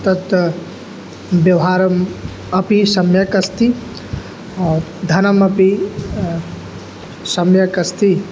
तत्र व्यवहारः अपि सम्यगस्ति धनमपि सम्यगस्ति